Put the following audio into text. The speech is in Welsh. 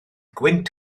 gwynt